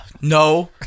No